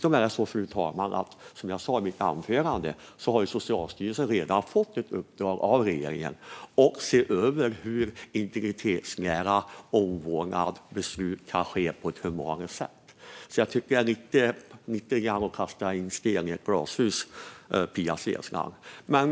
Och som jag sa i mitt anförande har Socialstyrelsen redan fått i uppdrag av regeringen att se över hur integritetsnära omvårdnadsbeslut kan tas på ett humanare sätt. Det är därför lite att kasta sten i glashus, Pia Steensland.